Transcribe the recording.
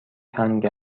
تنگ